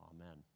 amen